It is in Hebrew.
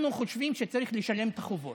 אנחנו חושבים שצריך לשלם את החובות,